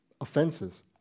offenses